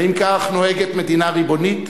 האם כך נוהגת מדינה ריבונית?